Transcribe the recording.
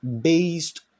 Based